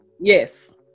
Yes